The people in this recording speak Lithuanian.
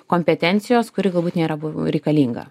kompetencijos kuri galbūt nėra buv reikalinga